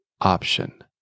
option